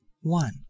one